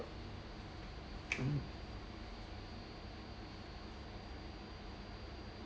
mm